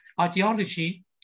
ideology